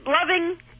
loving